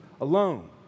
alone